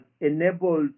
enabled